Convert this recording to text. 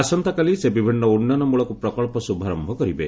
ଆସନ୍ତାକାଲି ସେ ବିଭିନ୍ନ ଉନ୍ନୟନ ମୂଳକ ପ୍ରକଳ୍ପ ଶୁଭାରମ୍ଭ କରିବେ